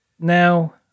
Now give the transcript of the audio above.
Now